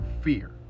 fear